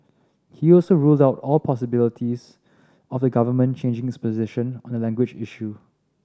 he also ruled out all possibilities of the Government changing its position on the language issue